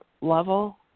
level